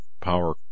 power